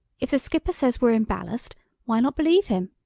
if the skipper says we're in ballast why not believe him?